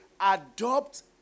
adopt